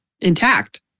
intact